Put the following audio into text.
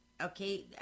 okay